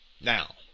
Now